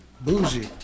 Bougie